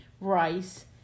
Rice